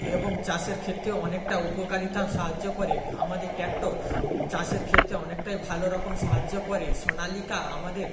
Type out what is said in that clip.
এবং চাষের ক্ষেত্রে অনেকটা উপকারিতা সাহায্য করে আমাদের ট্র্যাক্টর চাষের ক্ষেত্রে অনেকটাই ভালো রকম সাহায্য করে সোনালিকা আমাদের